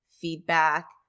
feedback